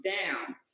down